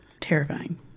Terrifying